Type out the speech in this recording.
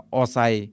osai